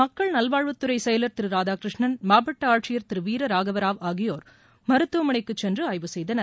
மக்கள் நல்வாழ்வுத் துறை செயலர் திரு ராதாகிருஷ்ணன் மாவட்ட ஆட்சியர் திரு வீர ராகவ ராவ் ஆகியோர் மருத்துவனைக்கு சென்று ஆய்வு செய்தனர்